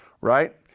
right